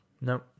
No